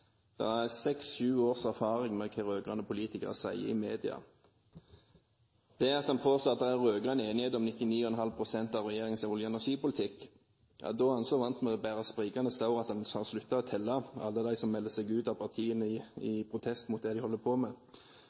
års erfaring med hva rød-grønne politikere sier i media. Når en påstår at det er en rød-grønn enighet om 99,5 pst. av regjeringens olje- og energipolitikk, er en så vant med å bære sprikende staur at en har sluttet å telle alle dem som melder seg ut av partiene i protest mot det en holder på med.